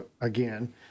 again